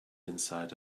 inside